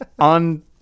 On